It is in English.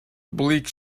bleak